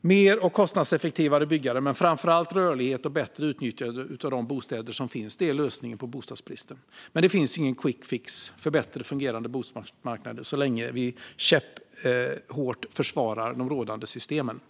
Mer och kostnadseffektivare byggande men framför allt rörlighet och ett bättre nyttjande av de bostäder som finns är lösningen på bostadsbristen. Men det finns ingen quickfix för bättre fungerande bostadsmarknader så länge vi så hårt försvarar de rådande systemen.